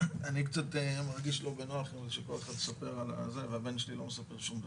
אני מרגיש קצת לא בנוח שהבן שלי לא מספר לי שום דבר.